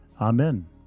Amen